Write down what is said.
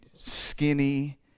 skinny